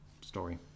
story